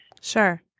sure